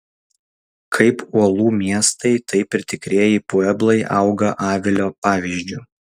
kaip uolų miestai taip ir tikrieji pueblai auga avilio pavyzdžiu